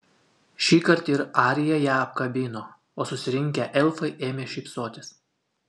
šįkart ir arija ją apkabino o susirinkę elfai ėmė šypsotis